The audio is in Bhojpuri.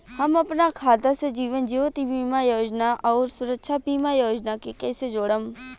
हम अपना खाता से जीवन ज्योति बीमा योजना आउर सुरक्षा बीमा योजना के कैसे जोड़म?